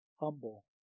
humble